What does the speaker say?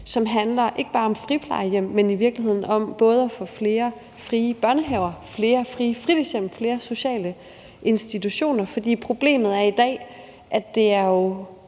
som handler om ikke bare friplejehjem, men i virkeligheden om både at få flere frie børnehaver, flere frie fritidshjem og sociale institutioner. For problemet er i dag, at det jo